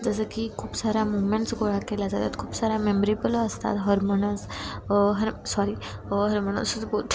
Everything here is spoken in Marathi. जसं की खूप साऱ्या मुमेंट्स गोळा केल्या जातात खूप साऱ्या मेमरेबल असतात हर्मोनस हरम सॉरी